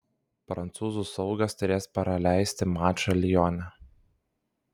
prancūzų saugas turės praleisti mačą lione